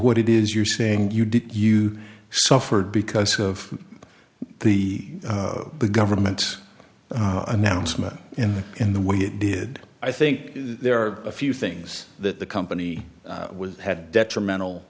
what it is you're saying you did you suffered because of the the the government announcement in in the way it did i think there are a few things that the company had detrimental